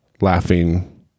laughing